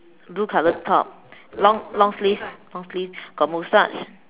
blue colored top long long sleeve long sleeve got moustache